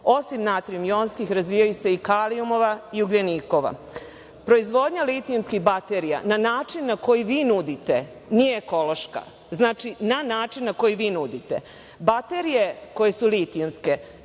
Osim natrijum jonskih, razvijaju se i kalijumova i ugljenikova. Proizvodnja litijumskih baterija na način na koji vi nudite nije ekološka, znači, na način na koji vi nudite. Baterije koje su litijumske,